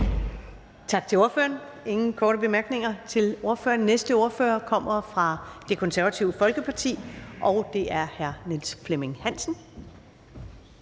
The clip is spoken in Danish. Tak til ordføreren. Der er ingen korte bemærkninger til ordføreren. Den næste ordfører kommer fra Det Konservative Folkeparti, og det er hr. Niels Flemming Hansen.